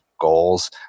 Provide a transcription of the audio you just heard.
goals